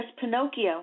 Pinocchio